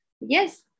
yes